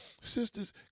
Sisters